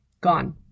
gone